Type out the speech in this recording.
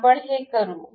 आपण हे करू